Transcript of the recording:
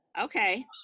Okay